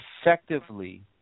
effectively